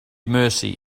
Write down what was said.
mercy